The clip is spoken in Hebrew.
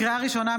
לקריאה ראשונה,